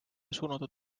suunatud